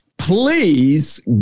Please